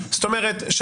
זאת אומרת,